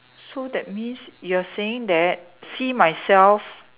so that means you are saying that see myself